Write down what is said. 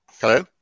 Hello